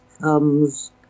comes